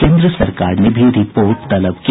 केन्द्र सरकार ने भी रिपोर्ट तलब की